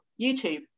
YouTube